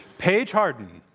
paige harden.